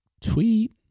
Tweet